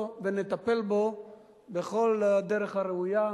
אנחנו נקבל אותו ונטפל בו בכל דרך ראויה,